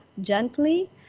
gently